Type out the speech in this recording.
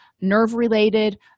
nerve-related